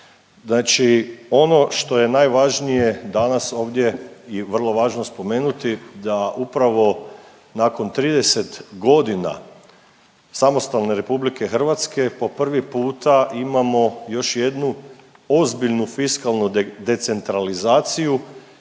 Znači ono što je najvažnije danas ovdje i vrlo važno spomenuti da upravo nakon 30.g. samostalne RH po prvi puta imamo još jednu ozbiljnu fiskalnu decentralizaciju